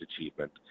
achievement